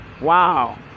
Wow